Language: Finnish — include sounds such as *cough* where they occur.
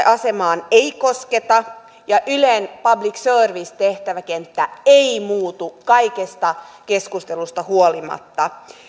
*unintelligible* asemaan ei kosketa ja ylen public service tehtäväkenttä ei muutu kaikesta keskustelusta huolimatta